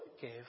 give